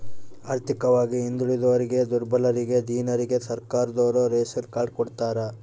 ಆರ್ಥಿಕವಾಗಿ ಹಿಂದುಳಿದೋರಿಗೆ ದುರ್ಬಲರಿಗೆ ದೀನರಿಗೆ ಸರ್ಕಾರದೋರು ರೇಶನ್ ಕಾರ್ಡ್ ಕೊಡ್ತಾರ